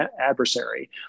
adversary